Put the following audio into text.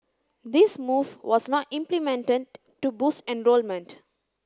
this move was not implemented to boost enrolment